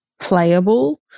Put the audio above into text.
playable